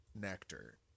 nectar